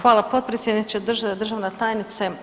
Hvala potpredsjedniče, državna tajnice.